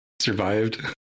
survived